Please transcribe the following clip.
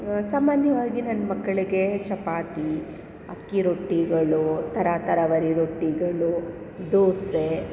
ಸಾಮಾನ್ಯವಾಗಿ ನನ್ನ ಮಕ್ಕಳಿಗೆ ಚಪಾತಿ ಅಕ್ಕಿ ರೊಟ್ಟಿಗಳು ಥರ ತರಾವರಿ ರೊಟ್ಟಿಗಳು ದೋಸೆ